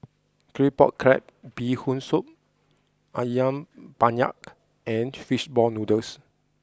Claypot Crab Bee Hoon Soup Ayam Penyet and Fishball Noodles